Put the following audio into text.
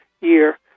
year